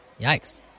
Yikes